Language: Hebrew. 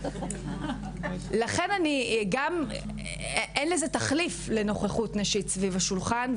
ולכן אין תחליף לנוכחות נשית סביב השולחן,